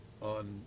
on